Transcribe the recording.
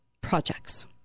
projects